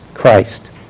Christ